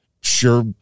sure